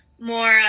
more